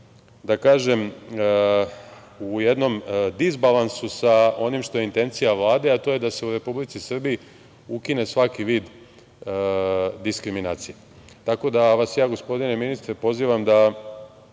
da kažem, u jednom disbalansu sa onim što je intencija Vlade, a to je da se u Republici Srbiji ukine svaki vid diskriminacije. Tako da vas, gospodine ministre, pozivam da